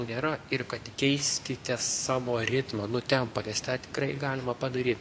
nėra ir kad keiskite savo ritmą nu tempą nes tą tikrai galima padaryt